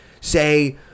say